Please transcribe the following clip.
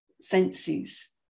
senses